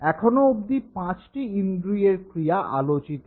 এখনো অব্দি পাঁচটি ইন্দ্রিয়ের ক্রিয়া আলোচিত হয়েছে